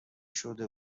شده